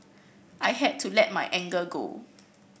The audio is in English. I had to let my anger go